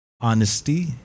honesty